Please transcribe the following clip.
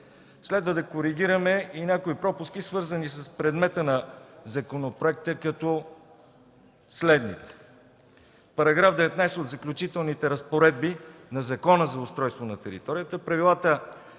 Следва да коригираме и някои пропуски, свързани с предмета на законопроекта, като следните: § 19 от Заключителните разпоредби на Закона за устройство на територията,